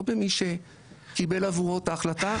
לא במי שקיבל עבורו את ההחלטה,